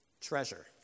treasure